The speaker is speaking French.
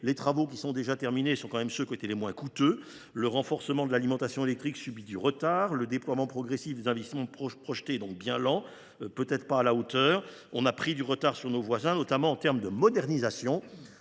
Les travaux qui sont déjà terminés sont ceux qui étaient les moins coûteux. Le renforcement de l’alimentation électrique subit du retard. Le déploiement progressif des investissements projetés est donc très lent, sans doute pas à la hauteur. Nous avons pris du retard sur nos voisins, notamment en termes de modernisation